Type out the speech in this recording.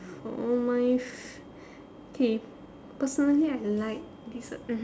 for my f~ okay personally I like dessert